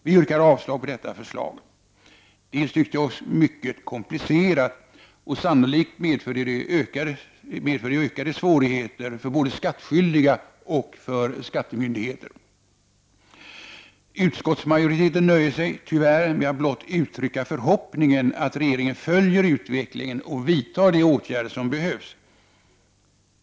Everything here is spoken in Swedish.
Vi yrkar avslag på detta förslag. Det är också mycket komplicerat, och sannolikt medför det ökade svårigheter för både skattskyldiga och skattemyndigheterna. Utskottsmajoriteten nöjer sig tyvärr med att blott uttrycka förhoppningen att regeringen följer utvecklingen och vidtar de åtgärder som behövs.